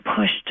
pushed